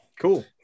Cool